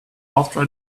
after